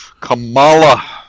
Kamala